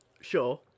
Sure